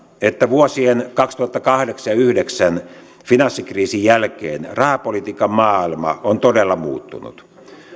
että vuosien kaksituhattakahdeksan ja kaksituhattayhdeksän finanssikriisin jälkeen rahapolitiikan maailma on todella muuttunut